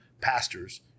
pastors